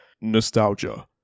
nostalgia